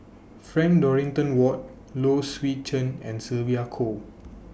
Frank Dorrington Ward Low Swee Chen and Sylvia Kho